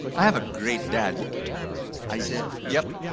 i have a great dad. yeah i said, yep,